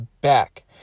back